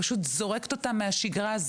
פשוט זורקת אותן מהשגרה,